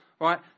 right